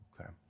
Okay